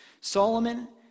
Solomon